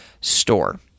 store